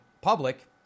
public